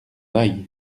aille